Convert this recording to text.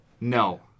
No